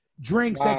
drinks